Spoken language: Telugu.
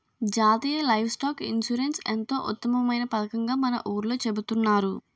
జాతీయ లైవ్ స్టాక్ ఇన్సూరెన్స్ ఎంతో ఉత్తమమైన పదకంగా మన ఊర్లో చెబుతున్నారు